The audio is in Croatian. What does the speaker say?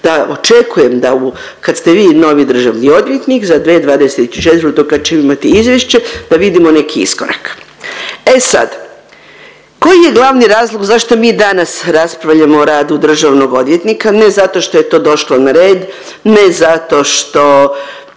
da očekujem da kad ste vi novi državni odvjetnik za 2024. kad ćemo imati izvješće da vidimo neki iskorak. E sad, koji je glavni razlog zašto mi danas raspravljamo o radu državnog odvjetnika? Ne zato što je to došlo na red, ne zato što